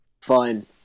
Fine